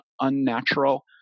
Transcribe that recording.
unnatural